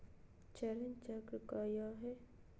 चरण चक्र काया है?